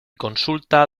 consulta